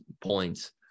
points